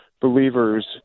believers